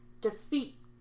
defeat